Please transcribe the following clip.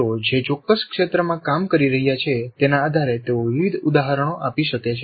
તેઓ જે ચોક્કસ ક્ષેત્રમાં કામ કરી રહ્યા છે તેના આધારે તેઓ વિવિધ ઉદાહરણો આપી શકે છે